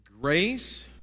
Grace